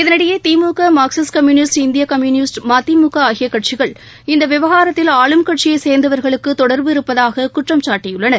இதனிஎடயே DMK Marxist communist இந்திய communist MDMK ஆகிய கட்சிகள் இந்த விவகாரத்தில் ஆளும் கட்சியை சேர்ந்தவர்களுக்கு தொடர்பு இருப்பதாக குற்றம் சாட்டியுள்ளனர்